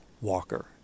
walker